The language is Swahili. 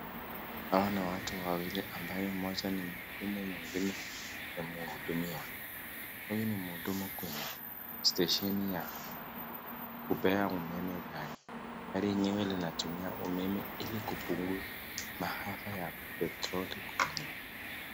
Hawa ni watu wawili ambayo mmoja ni mhudumu na mwingine ni mhudumiwa, huyu ni mhudumu kwenye stesheni ya kupea umeme gari, gari lenyewe linatumia umeme ili kupunguza maafa ya petroli kwenye.